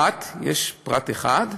יש פרט אחד,